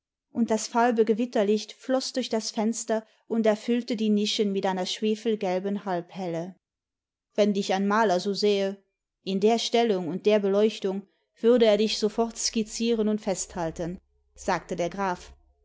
und das falbe gewitterlicht floß durch das fenster und erfüllte die nischen mit einer schwefelgelben halbhelle wenn dich ein maler so sähe in der stellung und der beleuchtimg würde er dich sofort skizzieren und festhalten sagte der graf